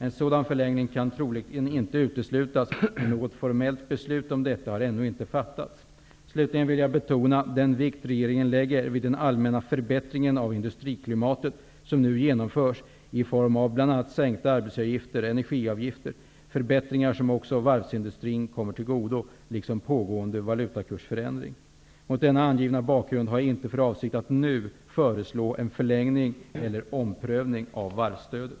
En sådan förlängning kan troligen inte uteslutas, men något formellt beslut om detta har ännu inte fattats. Slutligen vill jag betona den vikt regeringen lägger vid den allmänna förbättring av industriklimatet som nu genomförs i form av bl.a. sänkta arbetsgivar och energiavgifter; förbättringar som kommer också varvsindustrin till godo, liksom pågående valutakursförändring. Mot den angivna bakgrunden har jag inte för avsikt att nu föreslå en förlängning eller omprövning av varvsstödet.